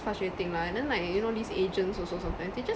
frustrating lah and then like you know these agents also sometimes they just